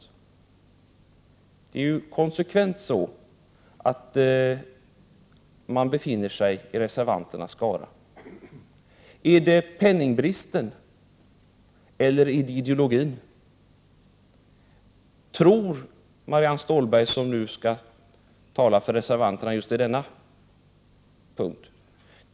Socialdemokraterna har konsekvent befunnit sig i reservanternas skara. Beror det på penningbristen, eller beror det på ideologi?